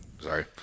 Sorry